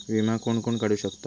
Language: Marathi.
विमा कोण कोण काढू शकता?